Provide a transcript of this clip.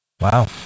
Wow